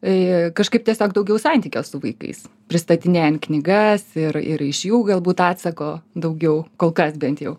e kažkaip tiesiog daugiau santykio su vaikais pristatinėjant knygas ir ir iš jų galbūt atsako daugiau kol kas bent jau